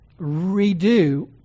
redo